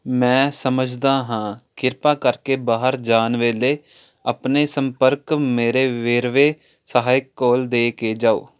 ਮੈਂ ਸਮਝਦਾ ਹਾਂ ਕਿਰਪਾ ਕਰਕੇ ਬਾਹਰ ਜਾਣ ਵੇਲੇ ਆਪਣੇ ਸੰਪਰਕ ਮੇਰੇ ਵੇਰਵੇ ਸਹਾਇਕ ਕੋਲ ਦੇ ਕੇ ਜਾਓ